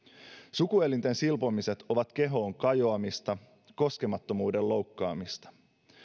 sukuelinten silpomiset ovat kehoon kajoamista koskemattomuuden loukkaamista